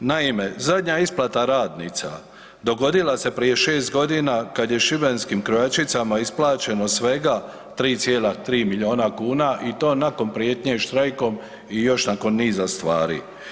Naime, zadnja isplata radnica dogodila se prije 6.g. kad je šibenskim krojačicama isplaćeno svega 3,3 milijuna kuna i to nakon prijetnje štrajkom i još nakon niza stvari.